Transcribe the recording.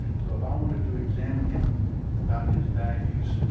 so if i wanted to examine him about his values,